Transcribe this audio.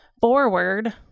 forward